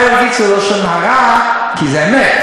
לא, אתה יכול להגיד שזה לשון הרע, כי זה אמת.